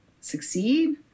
succeed